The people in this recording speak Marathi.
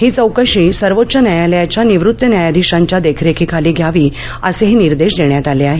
ही चौकशी सर्वोच्च न्यायालयाच्या निवृत्त न्यायाधीशांच्या देखरेखीखाली घ्यावी असेही निर्देश देण्यात आले आहेत